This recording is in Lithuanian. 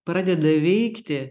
pradeda veikti